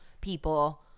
people